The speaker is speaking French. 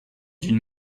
d’une